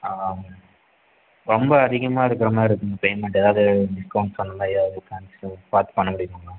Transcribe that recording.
ஆ ஆ ரொம்ப அதிகமாக இருக்கிற மாதிரி இருக்குதுங்க பேமெண்ட் எதாவது டிஸ்கௌண்ட் அந்தமாதிரி எதாவது இருக்கான்னு பார்த்து பண்ண முடியுமாங்கண்ணா